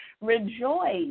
rejoice